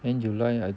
end july